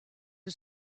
who